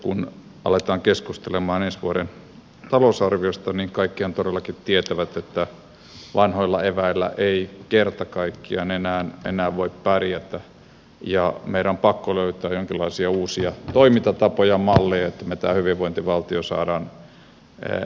kun aletaan keskustelemaan ensi vuoden talousarviosta niin kaikkihan todellakin tietävät että vanhoilla eväillä ei kerta kaikkiaan enää voi pärjätä ja meidän on pakko löytää jonkinlaisia uusia toimintatapoja malleja että me tämän hyvinvointivaltion saamme säilytettyä